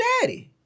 daddy